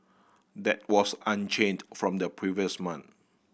that was unchanged from the previous month